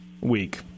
week